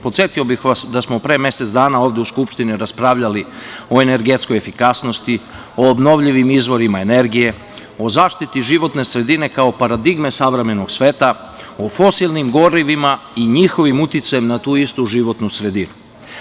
Podsetio bih vas da smo pre mesec dana ovde u Skupštini raspravljali o energetskoj efikasnosti, o obnovljivim izvorima energije, o zaštiti životne sredine kao paradigme savremenog sveta, o fosilnim gorivima i njihovom uticaju na tu istu životnu sredinu.